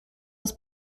was